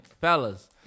fellas